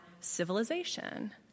civilization